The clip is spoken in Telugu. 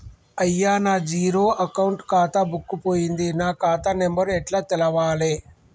అయ్యా నా జీరో అకౌంట్ ఖాతా బుక్కు పోయింది నా ఖాతా నెంబరు ఎట్ల తెలవాలే?